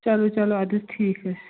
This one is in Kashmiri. چلو چلو اَدٕ حظ ٹھیٖک حظ چھُ